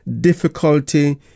difficulty